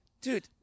dude